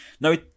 no